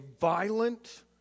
violent